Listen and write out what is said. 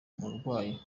umurwayi